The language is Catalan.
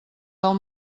del